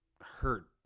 hurt